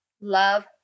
love